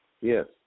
Yes